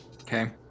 Okay